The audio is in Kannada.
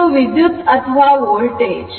ಇದು ವಿದ್ಯುತ್ ಅಥವಾ ವೋಲ್ಟೇಜ್